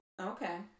okay